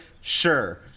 sure